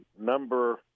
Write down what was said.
number –